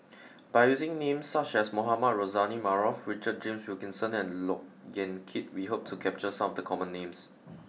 by using names such as Mohamed Rozani Maarof Richard James Wilkinson and Look Yan Kit we hope to capture some of the common names